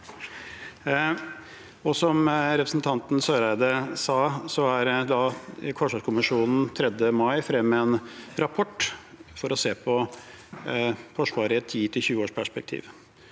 Som representanten Eriksen Søreide sa, la forsvarskommisjonen 3. mai frem en rapport for å se på Forsvaret i et 10–20-års perspektiv.